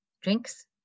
Drinks